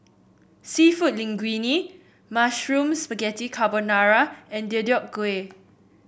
seafood Linguine Mushroom Spaghetti Carbonara and Deodeok Gui